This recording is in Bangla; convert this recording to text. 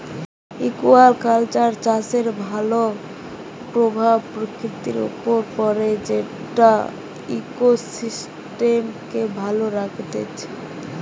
একুয়াকালচার চাষের ভাল প্রভাব প্রকৃতির উপর পড়ে যেটা ইকোসিস্টেমকে ভালো রাখতিছে